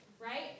Right